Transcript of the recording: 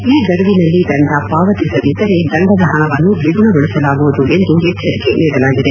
ಈ ಗಡುವಿನಲ್ಲಿ ದಂಡ ಪಾವತಿಸದಿದ್ದರೆ ದಂಡದ ಹಣವನ್ನು ದ್ವಿಗುಣಗೊಳಿಸಲಾಗುವುದು ಎಂದು ಎಚ್ಚರಿಕೆ ನೀಡಲಾಗಿದೆ